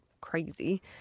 crazy